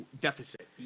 deficit